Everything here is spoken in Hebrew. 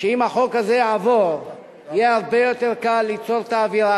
שאם החוק הזה יעבור יהיה הרבה יותר קל ליצור את האווירה